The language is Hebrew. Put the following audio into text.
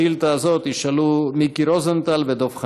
בשאילתה הזאת ישאלו מיקי רוזנטל ודב חנין.